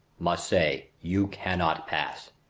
must say you cannot pass.